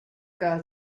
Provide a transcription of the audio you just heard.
girl